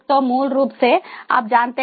तो मूल रूप से आप जानते हैं